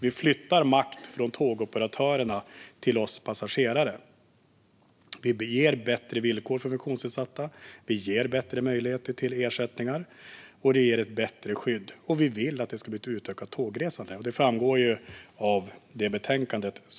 Vi flyttar makt från tågoperatörerna till oss passagerare. Vi ger bättre villkor för funktionsnedsatta. Det ger bättre möjligheter till ersättningar, och det ger ett bättre skydd. Vi vill att det ska bli ett utökat tågresande. Det framgår av betänkandet.